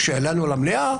כשהעלינו למליאה,